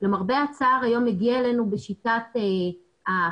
למרבה הצער היום הגיעה אלינו בשיטת החתיכות.